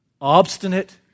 Obstinate